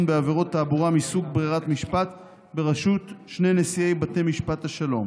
בעבירות תעבורה מסוג ברירת משפט בראשות שני נשיאי בתי משפט השלום.